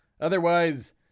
Otherwise